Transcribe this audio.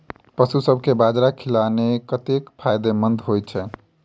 पशुसभ केँ बाजरा खिलानै कतेक फायदेमंद होइ छै?